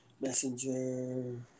Messenger